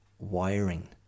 wiring